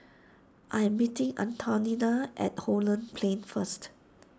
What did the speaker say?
I'm meeting Antonina at Holland Plain first